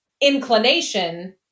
inclination